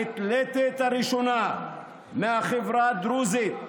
האתלטית הראשונה מהחברה הדרוזית,